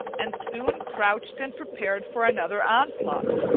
and soon crouched and prepared for another onslaught.